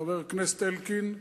חבר הכנסת אלקין,